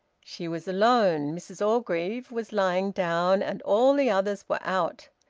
she was alone mrs orgreave was lying down, and all the others were out.